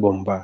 Bomba